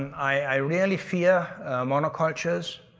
i really fear monocultures,